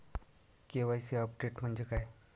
KYC update म्हणजे काय?